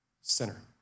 sinner